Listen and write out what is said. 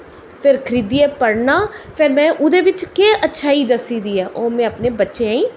ते खरीदियै पढ़ना फिर में ओह्दे बिच्च केह् अच्छाई दस्सी दी ऐ ओह् में अपने बच्चें गी